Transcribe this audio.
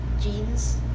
jeans